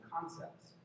concepts